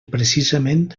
precisament